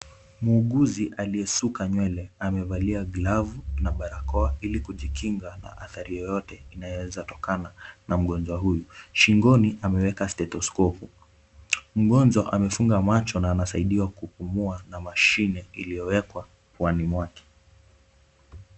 Muuguzi aliyesuka nywele amevalia glavu na barakoa ili kujikinga na athari yoyote inayowezatokana na mgonjwa huyu. Shingoni ameweka stethoskopu. Mgonjwa amefunga macho na anasaidiwa kupumua na mashine iliyowekwa puani mwake.